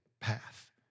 path